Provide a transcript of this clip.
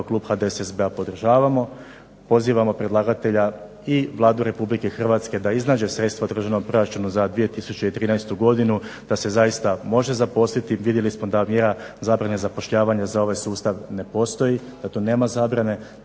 HDSSB- podržavamo. Pozivamo predlagatelja i Vladu Republike Hrvatske da iznađe sredstva u državnu proračunu za 2013. Godinu. Da se zaista može zaposlit, vidjeli smo da mjera zabrane zapošljavanja za ovaj sustav ne postoji, da tu nema zabrane,